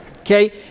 Okay